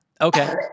Okay